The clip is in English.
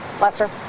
Lester